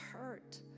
hurt